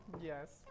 Yes